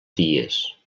dies